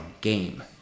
game